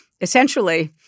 Essentially